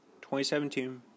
2017